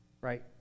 Right